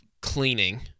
cleaning